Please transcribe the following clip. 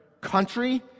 country